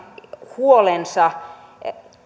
huolensa